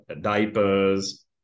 diapers